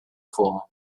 for